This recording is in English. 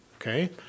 Okay